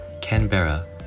Canberra